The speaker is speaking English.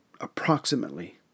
approximately